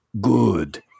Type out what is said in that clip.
Good